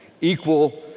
equal